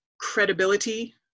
credibility